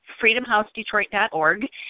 freedomhousedetroit.org